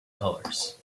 colours